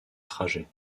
trajet